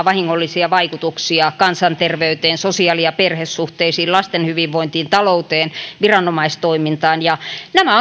vahingollisia vaikutuksia kansanterveyteen sosiaali ja perhesuhteisiin lasten hyvinvointiin talouteen viranomaistoimintaan ja nämä